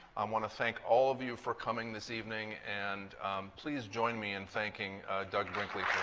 um want to thank all of you for coming this evening, and please join me in thanking doug brinkley